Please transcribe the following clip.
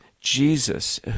Jesus